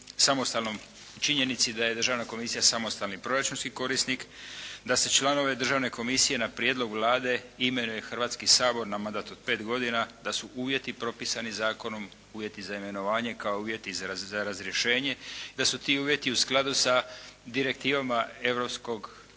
samostalnom činjenici da je državna komisija samostalni proračunski korisnik, da se članove državne komisije na prijedlog Vlade imenuje Hrvatski sabor na mandat od pet godina, da su uvjeti propisani zakonom uvjeti za imenovanje kao uvjeti za razrješenje, da su ti uvjeti u skladu sa direktivama Europske unije kao